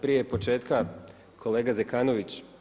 Prije početka kolega Zekanović.